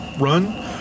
run